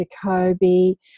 Jacoby